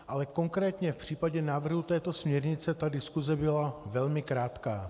Ale konkrétně v případě návrhu této směrnice diskuse byla velmi krátká.